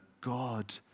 God